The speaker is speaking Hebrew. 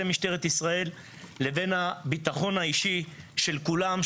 משטרת ישראל לבין הביטחון האישי של כולם,